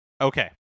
Okay